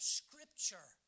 scripture